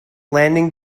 landing